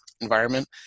environment